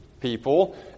people